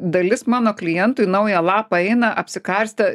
dalis mano klientų į naują lapą eina apsikarstę